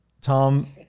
Tom